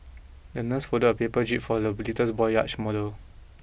the nurse folded a paper jib for the little boy's yacht model